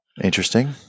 Interesting